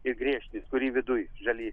ir griežtinis kuri viduj žali